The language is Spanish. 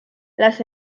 las